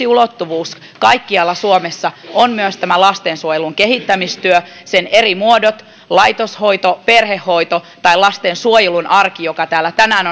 ulottuvuus kaikkialla suomessa on myös lastensuojelun kehittämistyö sen eri muodot laitoshoito perhehoito ja lastensuojelun arki joka täällä tänään